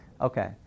Okay